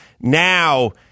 Now